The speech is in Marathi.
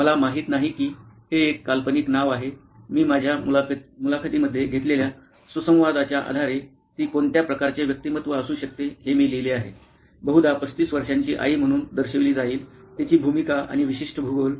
मला माहित नाही की हे एक काल्पनिक नाव आहे मी माझ्या मुलाखतींमध्ये घेतलेल्या सुसंवादाच्या आधारे ती कोणत्या प्रकारचे व्यक्तिमत्व असू शकते हे मी लिहिले आहे बहुधा 35 वर्षांची आई म्हणून दर्शविली जाईल तिची भूमिका आणि विशिष्ट भूगोल